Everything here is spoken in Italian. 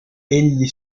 egli